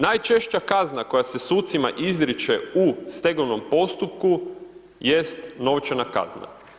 Najčešća kazna koja se sucima izriče u stegovnom postupku jest novčana kazna.